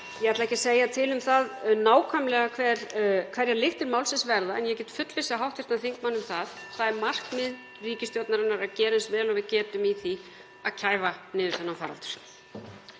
Ég ætla ekki að segja til um það nákvæmlega hverjar lyktir málsins verða en ég get fullvissað hv. þingmann um að (Forseti hringir.) markmið ríkisstjórnarinnar er að gera eins vel og við getum í því að kæfa niður þennan faraldur.